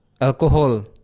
alcohol